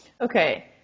Okay